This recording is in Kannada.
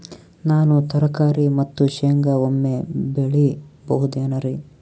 ನಾನು ತರಕಾರಿ ಮತ್ತು ಶೇಂಗಾ ಒಮ್ಮೆ ಬೆಳಿ ಬಹುದೆನರಿ?